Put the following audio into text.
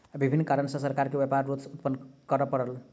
विभिन्न कारण सॅ सरकार के व्यापार रोध उत्पन्न करअ पड़ल